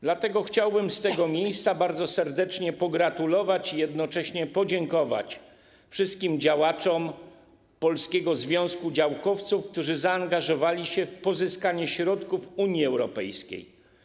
Dlatego chciałbym z tego miejsca bardzo serdecznie pogratulować i jednocześnie podziękować wszystkim działaczom Polskiego Związku Działkowców, którzy zaangażowali się w pozyskanie środków z Unii Europejskiej.